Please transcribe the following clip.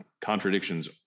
contradictions